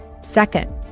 Second